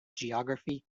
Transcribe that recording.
geography